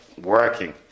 working